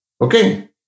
Okay